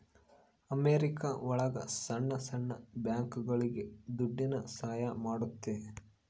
America ಒಳಗ ಸಣ್ಣ ಸಣ್ಣ ಬ್ಯಾಂಕ್ಗಳುಗೆ ದುಡ್ಡಿನ ಸಹಾಯ ಮಾಡುತ್ತೆ